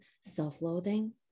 self-loathing